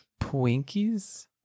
Twinkies